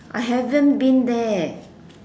I haven't been there